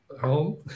home